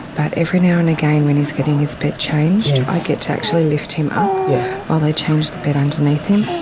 but every now and again when he's getting his bed changed i get to actually lift him up while they change the bed underneath him.